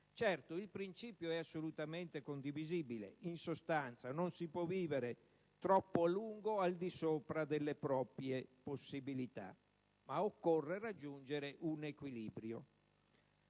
Certo, il principio è assolutamente condivisibile. In sostanza, non si può vivere troppo a lungo al di sopra delle proprie possibilità, ma occorre raggiungere un equilibrio.